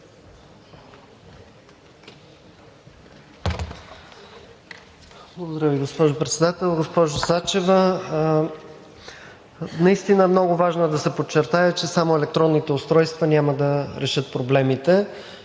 Благодаря Ви, госпожо Председател. Госпожо Сачева, наистина много важно е да се подчертае, че само електронното устройство няма да решат проблемите.